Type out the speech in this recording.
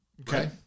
Okay